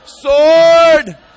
sword